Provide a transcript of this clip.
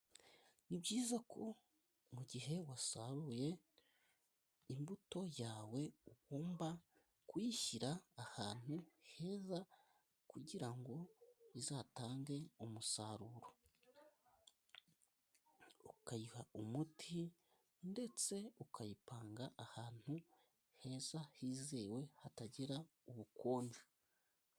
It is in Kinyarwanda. Ni byiza ko mu mugihe wasaruye imbuto yawe , ugomba kuyishyira ahantu heza kugira ngo izatange umusaruro . Ukayiha umuti ndetse ukayipanga ahantu heza, hizewe , hatagira ubukonje.